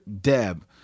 Deb